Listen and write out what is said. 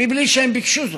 מבלי שהן ביקשו זאת.